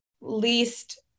least